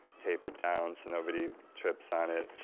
tape it down so nobody trips on it.